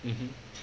mmhmm